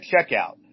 checkout